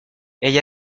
ella